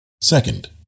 Second